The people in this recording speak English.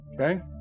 Okay